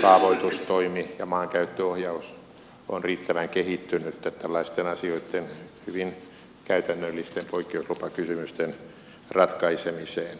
kaavoitustoimi ja maankäyttöohjaus on riittävän kehittynyttä tällaisten asioitten hyvin käytännöllisten poikkeuslupakysymysten ratkaisemiseen